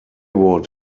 wood